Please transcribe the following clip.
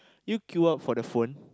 you queue up for the phone